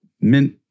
mint